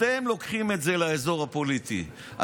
אתם לוקחים את זה לאזור הפוליטי.